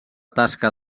tasca